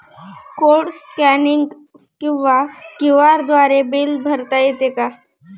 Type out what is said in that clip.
Code scanning किंवा QR द्वारे bill भरता येते का?